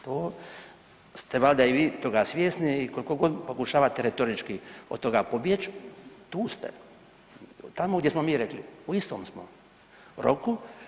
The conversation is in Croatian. To ste valjda i vi toga svjesni i koliko god pokušavate retorički od toga pobjeći, tu ste, tamo gdje smo mi rekli u istom smo roku.